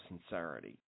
sincerity